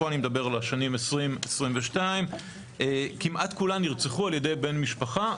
פה אני מדבר על השנים 2022 כמעט כולן נרצחו על ידי בן משפחה,